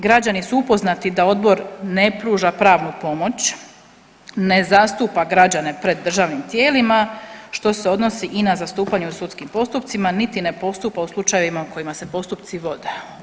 Građani su upoznati da Odbor ne pruža pravnu pomoć, ne zastupa građane pred državnim tijelima, što se odnosi i na zastupanje u sudskim postupcima niti ne postupa u slučajevima u kojima se postupci vode.